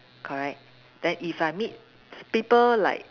correct then if I meet people like